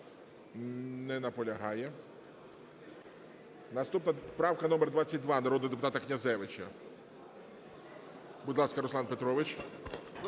Не наполягає. Наступна правка номер 42, народного депутата Князевича. Руслан Петрович,